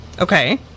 Okay